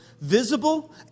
visible